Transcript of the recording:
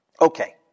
Okay